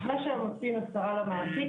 אחרי שהם מוסרים את ההצרה למעסיק,